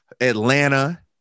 Atlanta